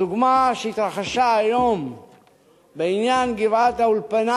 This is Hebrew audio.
הדוגמה שהתרחשה היום בעניין גבעת-האולפנה,